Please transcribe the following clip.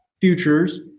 futures